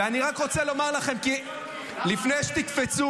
אני רק רוצה לומר לכם לפני שתקפצו